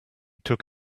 took